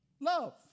love